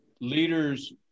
leaders